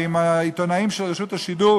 ועם העיתונאים של רשות השידור,